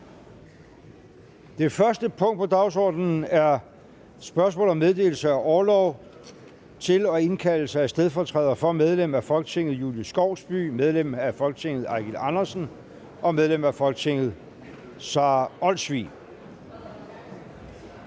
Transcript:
Det første punkt på dagsordenen er: 1) Spørgsmål om meddelelse af orlov og indkaldelse af stedfortrædere for medlem af Folketinget Julie Skovsby (S), medlem af Folketinget Eigil Andersen (SF) og medlem af Folketinget Sara Olsvig